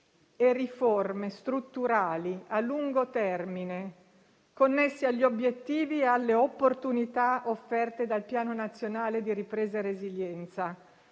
e riforme strutturali a lungo termine, connessi agli obiettivi e alle opportunità offerte dal Piano nazionale di ripresa e resilienza,